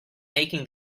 making